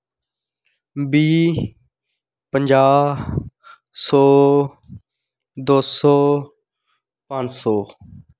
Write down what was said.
बीह् पंजाह् सौ दो सौ पंज सौ